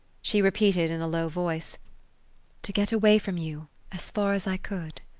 she repeated in a low voice to get away from you as far as i could.